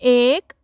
एक